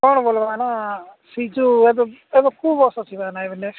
କ'ଣ ବୋଇଲେ ଭାଇନା ସିଟ୍ ଏବେ କୋଉ ବସ୍ ଅଛି ଭାଇନା